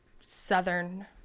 southern